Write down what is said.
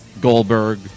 Goldberg